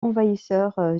envahisseurs